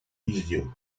issue